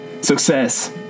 Success